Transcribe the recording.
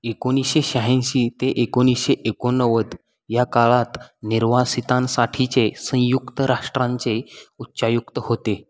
एकोणीसशे शह्याऐंशी ते एकोणीसशे एकोणनव्वद या काळात निर्वासितांसाठीचे संयुक्त राष्ट्रांचे उच्चायुक्त होते